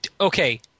okay